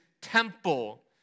temple